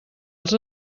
els